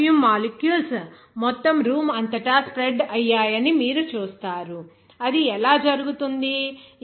ఆ perfume molecules మొత్తం room అంతటా స్ప్రెడ్ అయ్యాయని మీరు చూస్తారు అది ఎలా జరుగుతుంది